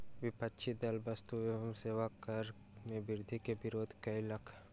विपक्षी दल वस्तु एवं सेवा कर मे वृद्धि के विरोध कयलक